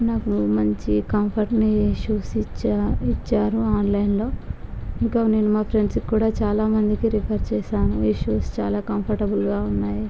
నాకు మంచి కంఫర్ట్ని ఈ షూస్ ఇచ్చారు ఆన్లైన్లో ఇంకా నేను మా ఫ్రెండ్స్కి కూడా చాలామందికి రెఫర్ చేసాను ఈ షూస్ చాలా కంఫర్టుబుల్గా ఉన్నాయి